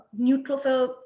neutrophil